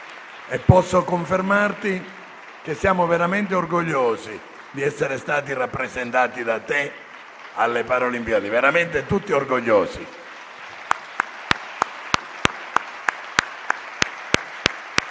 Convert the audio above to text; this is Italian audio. Posso confermare che siamo veramente orgogliosi di essere stati rappresentati da lei alle Paralimpiadi. Siamo davvero tutti orgogliosi.